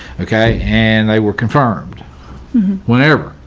okay, and they were confirmed whenever,